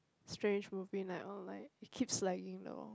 strange would be in that oh like it keeps lagging though